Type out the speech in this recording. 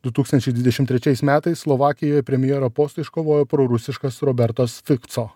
du tūkstančiai dvidešimt trečiais metais slovakijoj premjero postą iškovojo prorusiškas robertas fikco